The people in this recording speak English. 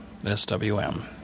swm